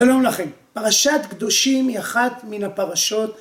שלום לכם, פרשת קדושים היא אחת מן הפרשות